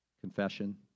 confession